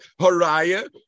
Haraya